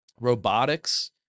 robotics